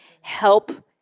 help